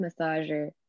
massager